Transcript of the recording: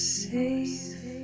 safe